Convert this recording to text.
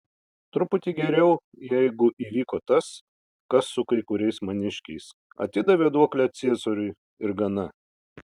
truputį geriau jeigu įvyko tas kas su kai kuriais maniškiais atidavė duoklę ciesoriui ir gana